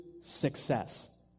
success